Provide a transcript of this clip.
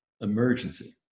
emergency